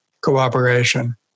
cooperation